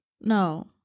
No